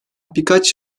birkaç